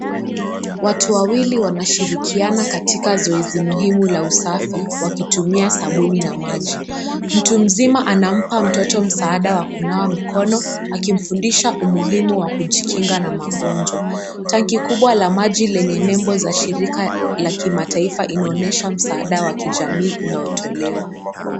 Watu wawili wanashirikiana katika zoezi muhimu la usafi wakitumia sabuni na maji. Mtu mzima anampa mtoto msaada wa kunawa mikono akimfundisha umuhimu wa kujikinga na magonjwa. Tanki kubwa la maji lenye nembo za shirika la kimataifa inaonyesha msaada wa kijamii unaotolewa.